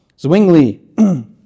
Zwingli